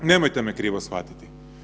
Nemojte me krivo shvatiti.